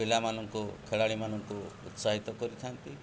ପିଲାମାନଙ୍କୁ ଖେଳାଳିମାନଙ୍କୁ ଉତ୍ସାହିତ କରିଥାନ୍ତି